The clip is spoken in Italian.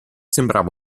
sembrava